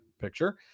picture